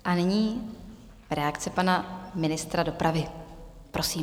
A nyní reakce pana ministra dopravy, prosím.